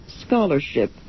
scholarship